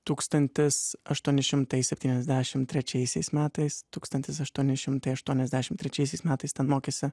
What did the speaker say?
tūkstantis aštuoni šimtai septyniasdešimt trečiaisiais metais tūkstantis aštuoni šimtai aštuoniasdešimt trečiaisiais metais ten mokėsi